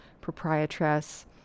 proprietress